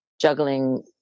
juggling